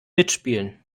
mitspielen